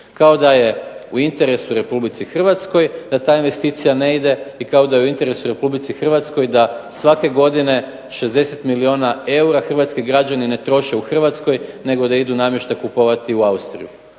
Kao da je u interesu Republici Hrvatskoj da ta investicija ne ide i kao da je u interesu Republici Hrvatskoj da svake godine 60 milijuna eura Hrvatski građani ne troše u Hrvatskoj nego da idu namještaj kupovati u Austriju